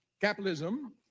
capitalism